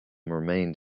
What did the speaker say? remained